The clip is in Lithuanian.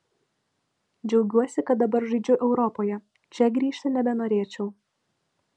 džiaugiuosi kad dabar žaidžiu europoje čia grįžti nebenorėčiau